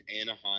Anaheim